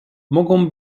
mogą